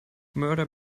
murder